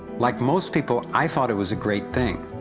like most people, i thought it was a great thing.